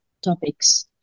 topics